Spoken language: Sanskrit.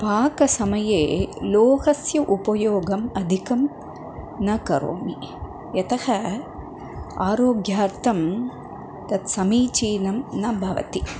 पाकसमये लोहस्य उपयोगम् अधिकं न करोमि यतः आरोग्यार्थं तत् समीचीनं न भवति